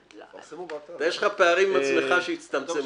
יש לך פערים עם עצמך שהצטמצמו.